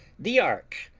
the ark,